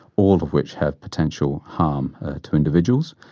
all of which have potential harm to individuals.